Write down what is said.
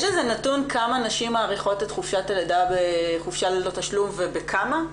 יש נתון כמה נשים מאריכות את חופשת הלידה בחופשה ללא תשלום ובכמה?